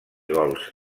gols